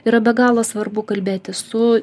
yra be galo svarbu kalbėtis su